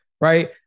right